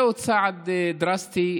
זהו צעד דרסטי,